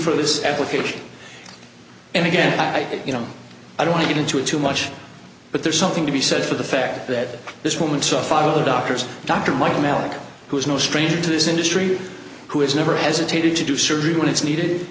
for this application and again i think you know i don't get into it too much but there's something to be said for the fact that this woman saw five other doctors dr michael malik who is no stranger to this industry who has never hesitated to do surgery when it's needed